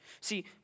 See